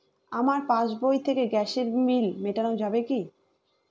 আমার পাসবই থেকে গ্যাসের বিল মেটানো যাবে কি?